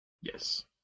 yes